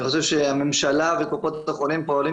אני חושב שהממשלה וקופות החולים פועלות